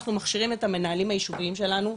אנחנו מכשירם את המנהלים היישוביים שלנו,